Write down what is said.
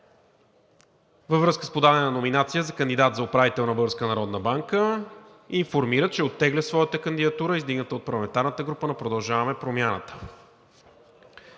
във връзка с подадена номинация за кандидат за управител на Българска народна банка. Информира, че оттегля своята кандидатура, издигната от парламентарната група на „Продължаваме Промяната“.